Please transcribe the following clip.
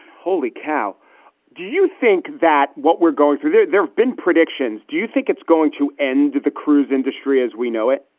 holy cow do you think that. well. we're going through. there've there've been predictions. do you think it's going to end? the cruise industry as we know it?